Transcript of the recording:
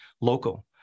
local